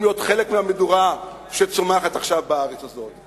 להיות חלק מהמדורה שצומחת עכשיו בארץ הזאת.